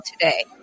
today